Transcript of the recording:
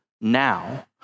now